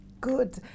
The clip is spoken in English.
Good